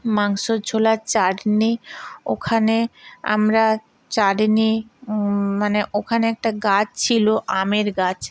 মাংসর ঝোল আর চাটনি ওখানে আমরা চাটনি মানে ওখানে একটা গাছ ছিলো আমের গাছ